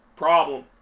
problem